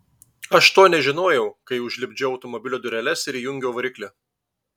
aš to nežinojau kai užlipdžiau automobilio dureles ir įjungiau variklį